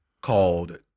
called